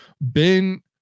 Ben